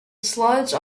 sludge